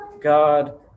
God